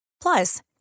Plus